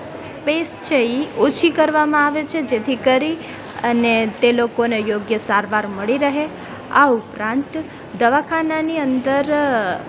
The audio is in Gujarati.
સ્પેસ છે એ ઓછી કરવામાં આવે છે જેથી કરી અને તે લોકોને યોગ્ય સારવાર મળી રહે આ ઉપરાંત દવાખાનાની અંદર